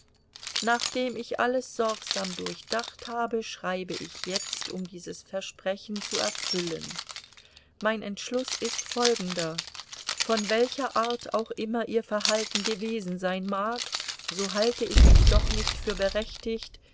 nachdem ich alles sorgsam durchdacht habe schreibe ich jetzt um dieses versprechen zu erfüllen mein entschluß ist folgender von welcher art auch immer ihr verhalten gewesen sein mag so halte ich mich doch nicht für berechtigt